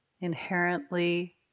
inherently